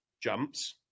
jumps